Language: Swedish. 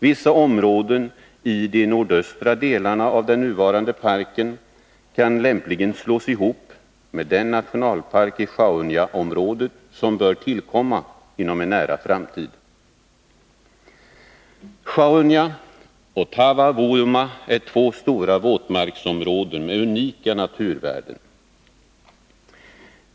Vissa områden i de nordöstra delarna av den nuvarande parken kan lämpligen slås ihop med den nationalpark i Sjaunjaområdet som bör tillkomma inom en nära framtid. Sjaunja och Taavavuoma är två stora våtmarksområden med unika naturvärden.